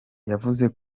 yavuze